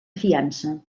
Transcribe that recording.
fiança